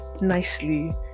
nicely